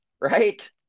right